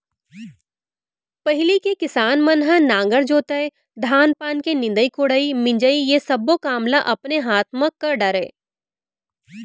पहिली के किसान मन ह नांगर जोतय, धान पान के निंदई कोड़ई, मिंजई ये सब्बो काम ल अपने हाथ म कर डरय